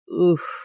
oof